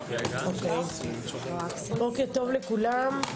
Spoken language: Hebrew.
בוקר טוב לכולם.